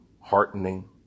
heartening